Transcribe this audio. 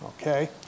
Okay